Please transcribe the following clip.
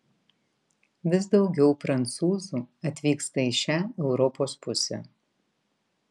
vis daugiau prancūzų atvyksta į šią europos pusę